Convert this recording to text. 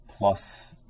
plus